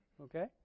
Okay